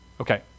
Okay